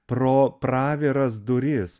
pro praviras duris